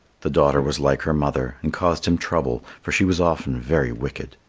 the daughter was like her mother and caused him trouble, for she was often very wicked.